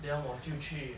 then 我就去